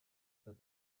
that